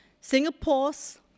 Singapore's